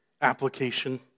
application